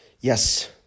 yes